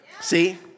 see